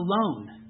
alone